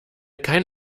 kein